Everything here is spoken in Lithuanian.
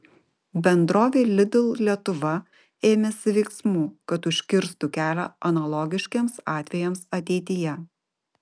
bendrovė lidl lietuva ėmėsi veiksmų kad užkirstų kelią analogiškiems atvejams ateityje